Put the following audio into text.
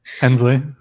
Hensley